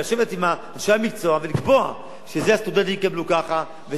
אנשי המקצוע ולקבוע שהסטודנטים יקבלו כך וכו'.